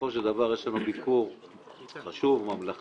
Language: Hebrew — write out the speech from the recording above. בסופו של דבר, יש לנו ביקור חשוב, ממלכתי.